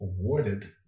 awarded